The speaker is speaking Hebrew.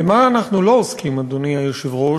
במה אנחנו לא עוסקים, אדוני היושב-ראש?